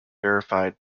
verified